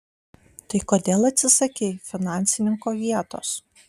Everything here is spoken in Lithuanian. tai kodėl atsisakei finansininko vietos